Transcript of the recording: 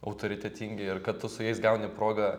autoritetingi ir kad tu su jais gauni progą